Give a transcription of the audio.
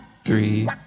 three